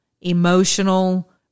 emotional